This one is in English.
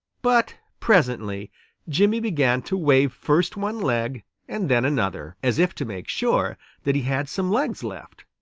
but presently jimmy began to wave first one leg and then another, as if to make sure that he had some legs left.